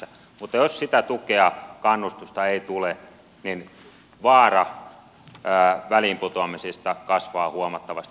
mutta jos sitä tukea kannustusta ei tule vaara väliinputoamisista kasvaa huomattavasti